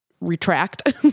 retract